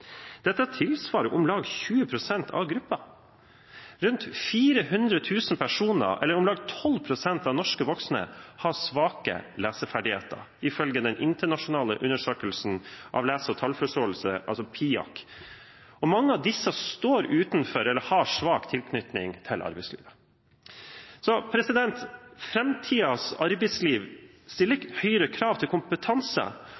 Dette tilsvarer om lag 20 pst. av gruppen. Rundt 400 000 personer, eller om lag 12 pst. av norske voksne, har svake leseferdigheter, ifølge den internasjonale undersøkelsen av lese- og tallforståelse, altså PIAAC. Mange av disse står utenfor eller har svak tilknytning til arbeidslivet. Framtidens arbeidsliv stiller